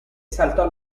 saltò